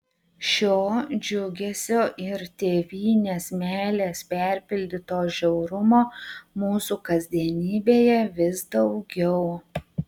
šio džiugesio ir tėvynės meilės perpildyto žiaurumo mūsų kasdienybėje vis daugiau